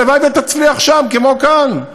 הלוואי ותצליח שם כמו כאן.